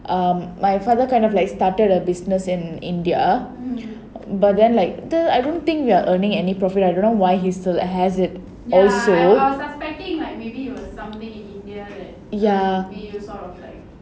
um my father kind of like started a business in india but then like I don't think they are earning any profit I don't know why he's still like has it also ya